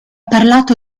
parlato